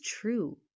true